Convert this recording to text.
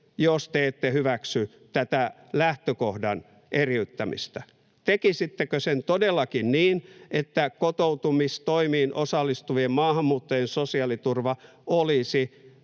jos te ette hyväksy tätä lähtökohdan eriyttämistä. Tekisittekö sen todellakin niin, että kotoutumistoimiin osallistuvien maahanmuuttajien sosiaaliturva olisi,